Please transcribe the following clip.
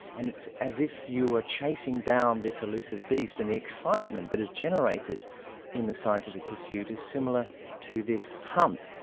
and it's as if you were chasing down this elusive beast, and the excitement that is generated in the scientific pursuit is similar to this hunt.